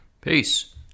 Peace